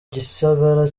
gisagara